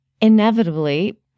inevitably